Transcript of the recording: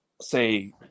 say